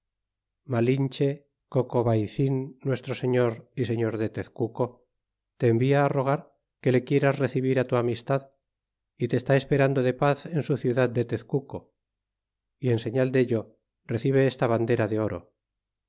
malinche cocovaicin nuestro señor y señor de tezcuco te envía a rogar que le quieras recebir a tu amistad y te esta esperando de paz en su ciudad de tezcuco yen señal dello recibe esta bandera de oro y